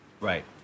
Right